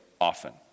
often